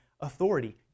authority